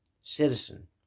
citizen